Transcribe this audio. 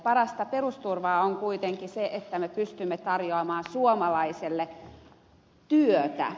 parasta perusturvaa on kuitenkin se että me pystymme tarjoamaan suomalaisille työtä